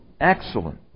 excellent